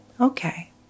okay